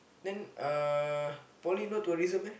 then uh poly no tourism meh